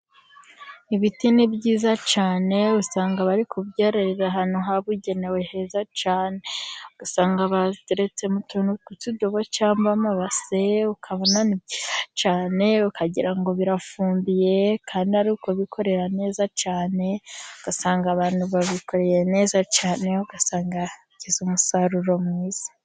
Ibiti ni byiza cyane, usanga bariri kubyororera, ahantu hababugenewe heza cyane, ugasanga babiteretse mu tuntu ku tudobo, cyangwa amabase ukabona nibyiza cyane, ukagirango ngo birafumbiye kandi ari ukubikorera neza cyane, ugasanga abantu babikoreye neza cyane, ugasanga hagize umusaruro mwiza.